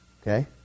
Okay